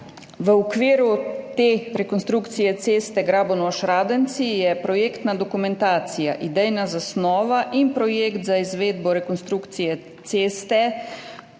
V okviru te rekonstrukcije ceste Grabonoš–Radenci je projektna dokumentacija, idejna zasnova in projekt za izvedbo rekonstrukcije ceste,